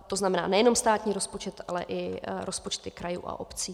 To znamená nejenom státní rozpočet, ale i rozpočty krajů a obcí.